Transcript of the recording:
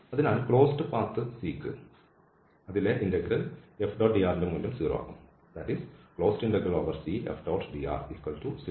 അതിനാൽ closed path C യ്ക്ക് അതിലെ ഇന്റഗ്രൽ F⋅dr ൻറെ മൂല്യം 0 ആകും അഥവാ